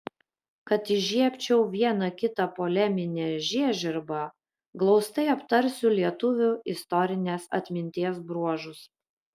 kad įžiebčiau vieną kitą poleminę žiežirbą glaustai aptarsiu lietuvių istorinės atminties bruožus